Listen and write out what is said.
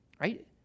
right